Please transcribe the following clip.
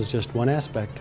is just one aspect